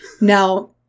Now